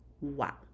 Wow